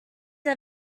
are